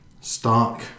stark